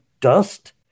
dust